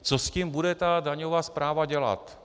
Co s tím bude daňová správa dělat?